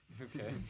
Okay